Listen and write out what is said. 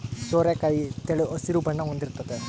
ಸೋರೆಕಾಯಿ ತೆಳು ಹಸಿರು ಬಣ್ಣ ಹೊಂದಿರ್ತತೆ